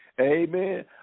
Amen